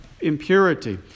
impurity